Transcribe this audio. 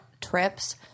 trips